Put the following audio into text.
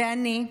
ואני,